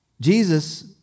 Jesus